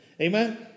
Amen